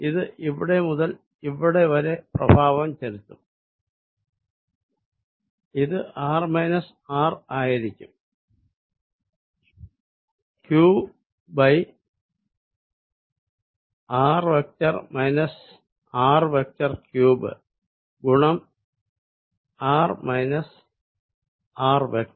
ഇത് ഇവിടെ മുതൽ ഇവിടെ വരെ പ്രഭാവം ചെലുത്തും ഇത് r R ആയിരിക്കും qȓ Ȓ3 ഗുണം ȓ Ȓ